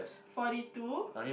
forty two